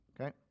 Okay